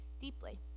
deeply